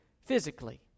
physically